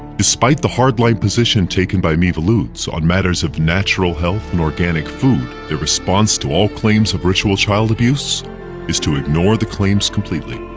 despite the hardline position taken by miviludes on matters of natural health, and organic food, their response to all claims of ritual child abuse is to ignore the claims completely.